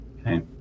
Okay